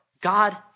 God